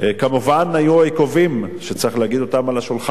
כמובן, היו עיכובים, וצריך להגיד זאת על השולחן,